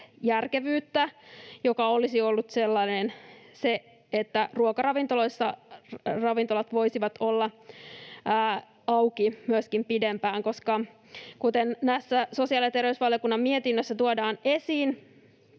järkevyyttä, joka olisi ollut sellainen, että ruokaravintoloissa ravintolat voisivat olla auki myöskin pidempään. Kuten tässä sosiaali- ja terveysvaliokunnan mietinnössä tuodaan esiin,